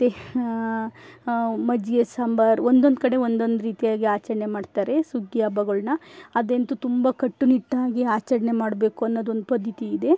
ಮತ್ತೆ ಮಜ್ಜಿಗೆ ಸಾಂಬಾರು ಒಂದೊಂದು ಕಡೆ ಒಂದೊಂದು ರೀತಿಯಾಗಿ ಆಚರಣೆ ಮಾಡ್ತಾರೆ ಸುಗ್ಗಿ ಹಬ್ಬಗಳನ್ನ ಅದೆಂತು ತುಂಬ ಕಟ್ಟುನಿಟ್ಟಾಗಿ ಆಚರಣೆ ಮಾಡ್ಬೇಕೆನ್ನೋದು ಒಂದು ಪದ್ಧತಿಯಿದೆ